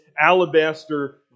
alabaster